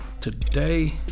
today